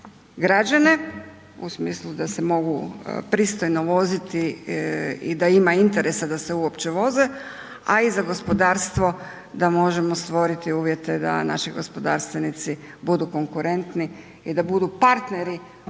građane u smislu da se mogu pristojno voziti i da ima interesa da se uopće voze, a i za gospodarstvo da možemo stvoriti uvjete da naši gospodarstvenici budu konkurentni i da budu partneri